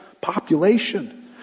population